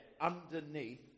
underneath